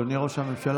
אדוני ראש הממשלה,